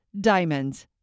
Diamonds